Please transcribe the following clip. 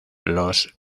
los